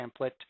template